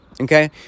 Okay